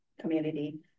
community